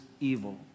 evil